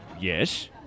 Yes